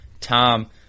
Tom